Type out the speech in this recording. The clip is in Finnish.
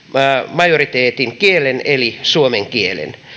majoriteetin kielen eli suomen kielen